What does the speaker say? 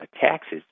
taxes